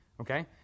okay